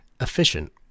efficient